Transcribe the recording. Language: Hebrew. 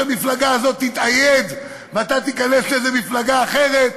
כשהמפלגה הזאת תתאייד ואתה תיכנס לאיזו מפלגה אחרת,